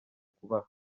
kubaha